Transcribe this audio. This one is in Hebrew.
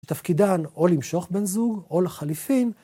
תפקידן או למשוך בן זוג, או לחליפין...